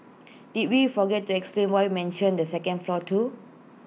did we forget to explain why mentioned the second floor too